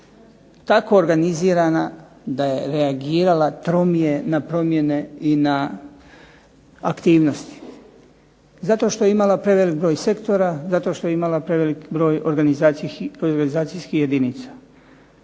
tako organizirana da je reagirala na promjene i na aktivnosti. Zato što je imala prevelik broj sektora, zato što je imala prevelik broj organizacijskih jedinica.